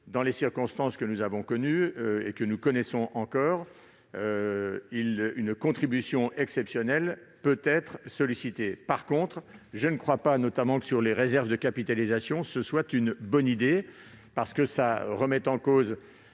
dans les circonstances que nous avons connues, et que nous connaissons encore, une contribution exceptionnelle peut-être sollicitée. En revanche, je ne crois pas que toucher aux réserves de capitalisation soit une bonne idée, parce que cela remettrait en cause